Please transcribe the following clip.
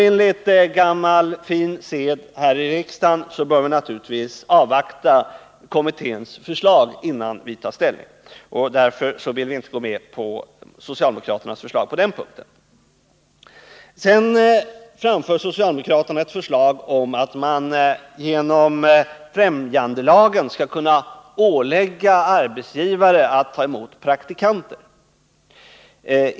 Enligt gammal god sed här i riksdagen bör vi naturligtvis avvakta kommitténs förslag innan vi tar ställning. Därför sluter vi inte upp bakom socialdemokraternas förslag på den punkten. Vidare framför socialdemokraterna ett förslag om att man genom främjandelagen skall kunna ålägga arbetsgivare att ta emot praktikanter.